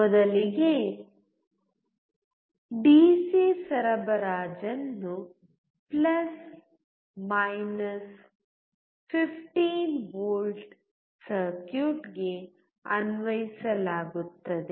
ಮೊದಲಿಗೆಯ DC ಸರಬರಾಜನ್ನು 15ವಿ ಸರ್ಕ್ಯೂಟ್ಗೆ ಅನ್ವಯಿಸಲಾಗುತ್ತದೆ